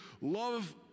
love